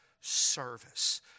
service